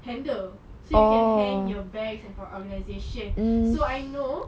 handle so you can hang your bags for organisation so I know